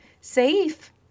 safe